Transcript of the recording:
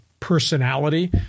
personality